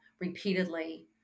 repeatedly